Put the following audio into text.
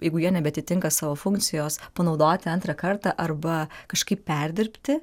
jeigu jie nebeatitinka savo funkcijos panaudoti antrą kartą arba kažkaip perdirbti